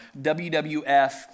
WWF